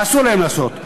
מה אסור להם לעשות?